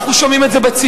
אנחנו שומעים את זה בציבור,